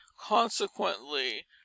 consequently